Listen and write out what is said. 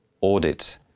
audit